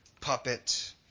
puppet